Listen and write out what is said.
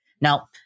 Now